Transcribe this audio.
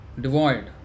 devoid